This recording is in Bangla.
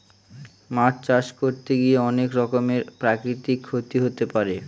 মাছ চাষ করতে গিয়ে অনেক রকমের প্রাকৃতিক ক্ষতি হতে পারে